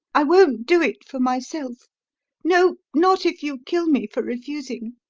i won't do it for myself no, not if you kill me for refusing.